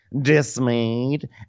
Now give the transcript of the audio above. dismayed